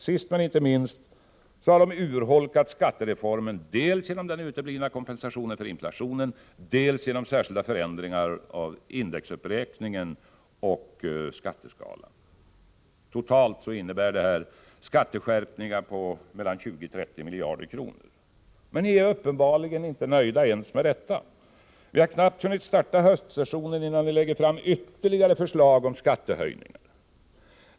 Sist men inte minst har de urholkat skattereformen dels genom den uteblivna kompensationen för inflationen, dels genom särskilda förändringar av indexuppräkningen och skatteskalan. Totalt innebär detta skatteskärpningar på mellan 20 och 30 miljarder kronor. Men ni är uppenbarligen inte nöjda ens med detta. Vi har knappt hunnit starta höstsessionen förrän ni lägger fram ytterligare förslag om skattehöjningar.